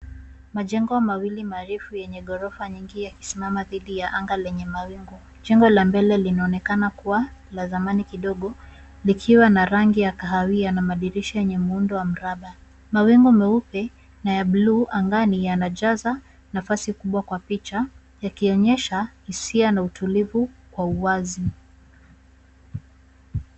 Majengo mawili marefu yenye ghorofa nyingi yakisimama dhidi ya anga lenye mawingu . Jengo la mbele linaonekana kuwa la zamani kidogo, likiwa na rangi ya kahawia na madirisha yenye muundo wa mraba. Mawingu meupe na ya blue angani, yanajaza nafasi kubwa kwa picha ,yakionyesha hisia na utulivu kwa uwazi.